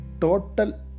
Total